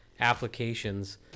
applications